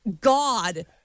God